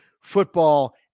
football